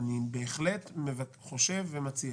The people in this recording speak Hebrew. אני בהחלט חושב ומציע